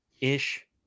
ish